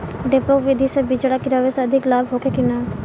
डेपोक विधि से बिचड़ा गिरावे से अधिक लाभ होखे की न?